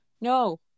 No